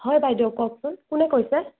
হয় বাইদেউ কওকচোন কোনে কৈছে